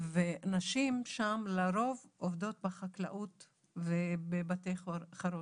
ונשים שם לרוב עובדות בחקלאות ובבתי חרושת.